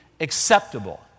acceptable